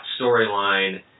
storyline